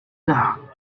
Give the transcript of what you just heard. dark